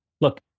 look